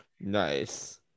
Nice